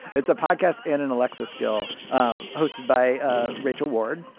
it's a podcast and an alexa skill um hosted by ah rachel ward,